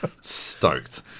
stoked